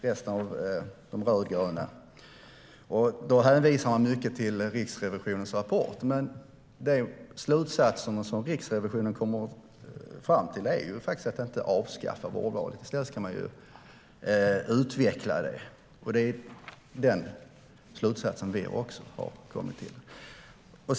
Man hänvisar mycket till Riksrevisionens rapport, men slutsatserna som Riksrevisionen kommer fram till är faktiskt inte att avskaffa vårdvalet. I stället ska man utveckla det, och det är den slutsatsen vi också har kommit till.